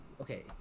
Okay